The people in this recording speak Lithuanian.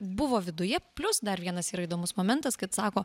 buvo viduje plius dar vienas yra įdomus momentas kad sako